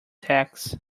tacks